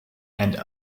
and